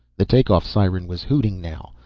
the take-off siren was hooting now,